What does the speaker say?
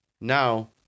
Now